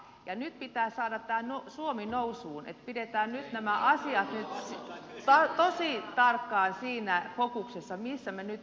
ja nyt pitää saada tämä suomi nousuun että pidetään nämä asiat nyt tosi tarkkaan siinä fokuksessa missä me nyt olemme